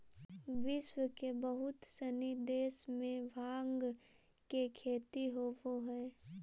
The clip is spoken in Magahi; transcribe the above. विश्व के बहुत सनी देश में भाँग के खेती होवऽ हइ